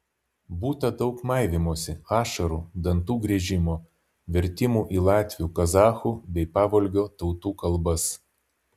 būta daug maivymosi ašarų dantų griežimo vertimų į latvių kazachų bei pavolgio tautų kalbas